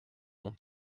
mon